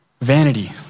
Vanity